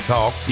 Talk